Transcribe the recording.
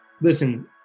listen